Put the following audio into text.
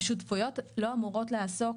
השותפויות לא אמורות לעסוק,